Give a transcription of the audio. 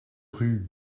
rue